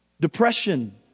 depression